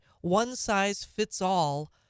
one-size-fits-all